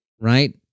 right